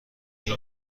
این